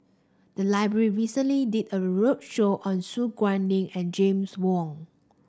the library recently did a roadshow on Su Guaning and James Wong